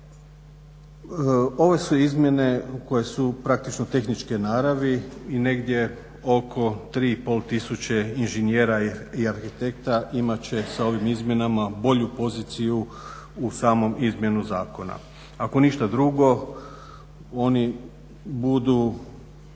Ovo su izmjene koje su praktično tehničke naravi i negdje oko 3,5 tisuće inženjera i arhitekta imat će sa ovim izmjenama bolju poziciju u samoj izmjeni zakona. Ako ništa drugo oni budu